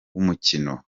w’umukino